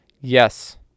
Yes